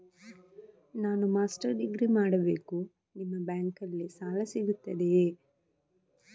ನಾನು master degree ಮಾಡಬೇಕು, ನಿಮ್ಮ ಬ್ಯಾಂಕಲ್ಲಿ ಸಾಲ ಸಿಗುತ್ತದೆಯೇ?